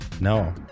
No